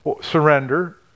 surrender